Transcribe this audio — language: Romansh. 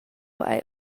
hai